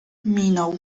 minął